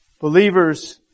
Believers